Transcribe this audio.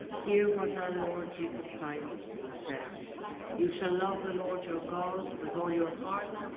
hear what our lord jesus christ says you shall love the lord your god with all your heart,